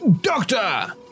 Doctor